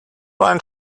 one